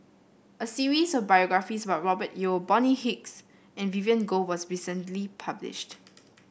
a series of biographies about Robert Yeo Bonny Hicks and Vivien Goh was recently published